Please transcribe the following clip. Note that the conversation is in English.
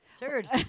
Turd